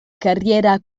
carriera